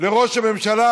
לראש הממשלה,